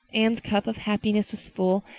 anne's cup of happiness was full,